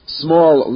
small